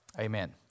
amen